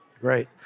Great